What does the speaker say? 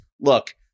look